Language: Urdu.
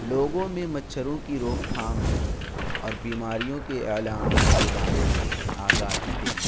لوگوں میں مچھروں کی روک تھام اور بیماریوں کے علامت کے بارے میں آگاہی دینا